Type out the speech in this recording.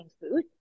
Food